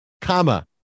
comma